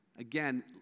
Again